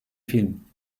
film